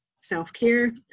self-care